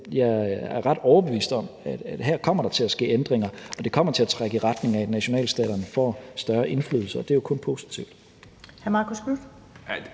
jeg er ret overbevist om, altså at der her kommer til at ske ændringer, og det kommer til at trække i retning af, at nationalstaterne får større indflydelse, og det er jo kun positivt.